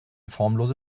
formlose